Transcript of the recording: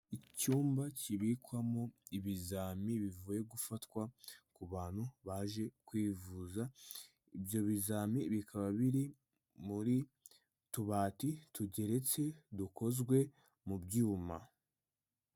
Icyumba kibikwamo ibizami bivuye gufatwa ku bantu baje kwivuza, ibyo bizami bikaba biri muri tubati tugeretse dukozwe mu byuma.